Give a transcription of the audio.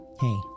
hey